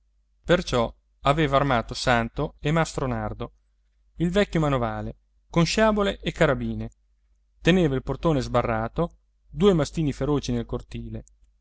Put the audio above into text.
perciò aveva armato santo e mastro nardo il vecchio manovale con sciabole e carabine teneva il portone sbarrato due mastini feroci nel cortile